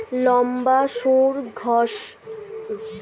লম্বা সুড় ঘাসফড়িং ড্যামসেল ফ্লাইরা কি সব বন্ধুর পোকা?